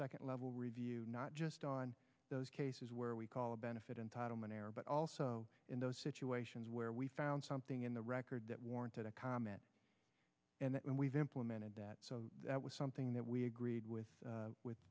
second level review not just on those cases where we call a benefit entitlement error but also in those situations where we found something in the record that warranted a comment and we've implemented that so that was something that we agreed with with